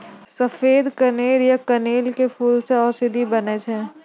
सफेद कनेर या कनेल के फूल सॅ औषधि बनै छै